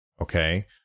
okay